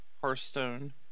Hearthstone